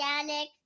organic